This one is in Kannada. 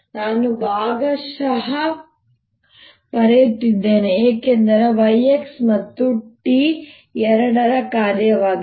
ನಾನು ಭಾಗಶಃ ಬರೆಯುತ್ತಿದ್ದೇನೆ ಏಕೆಂದರೆ y x ಮತ್ತು t ಎರಡರ ಕಾರ್ಯವಾಗಿದೆ